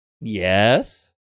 Yes